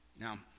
Now